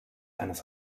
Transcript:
eines